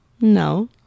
No